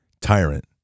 tyrant